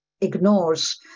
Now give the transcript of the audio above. ignores